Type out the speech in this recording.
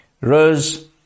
rose